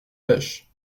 pêche